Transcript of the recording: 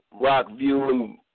Rockview